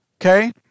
okay